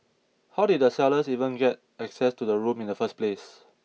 how did the sellers even get access to the room in the first place